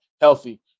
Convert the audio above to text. healthy